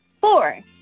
Four